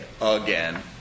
again